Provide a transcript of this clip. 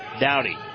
Dowdy